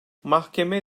mahkeme